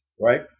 right